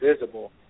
visible